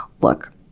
look